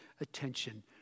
attention